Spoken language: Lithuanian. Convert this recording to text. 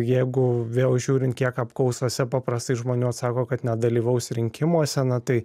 jeigu vėl žiūrint kiek apklausose paprastai žmonių atsako kad nedalyvaus rinkimuose na tai